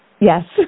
Yes